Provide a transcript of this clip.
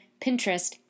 Pinterest